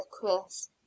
Chris